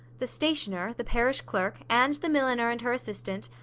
the stationer, the parish clerk, and the milliner and her assistant,